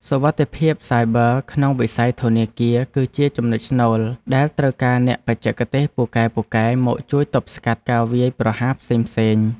សុវត្ថិភាពសាយប័រក្នុងវិស័យធនាគារ គឺជាចំណុចស្នូលដែលត្រូវការអ្នកបច្ចេកទេសពូកែៗមកជួយទប់ស្កាត់ការវាយប្រហារផ្សេងៗ។